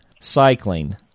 cycling